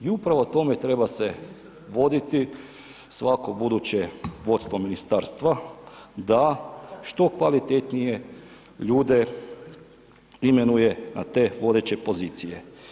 I upravo tome treba se voditi svako buduće vodstvo ministarstva da što kvalitetnije ljude imenuje na te vodeće pozicije.